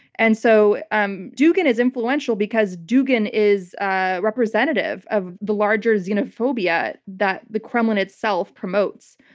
and so um dugin is influential because dugin is ah representative of the larger xenophobia that the kremlin itself promotes.